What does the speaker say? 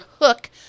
Hook